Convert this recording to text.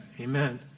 Amen